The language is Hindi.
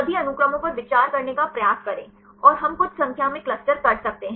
सभी अनुक्रमों पर विचार करने का प्रयास करें और हम कुछ संख्या में क्लस्टर कर सकते हैं